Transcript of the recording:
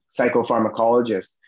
psychopharmacologist